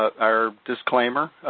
our disclaimer,